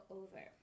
over